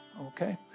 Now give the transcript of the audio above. okay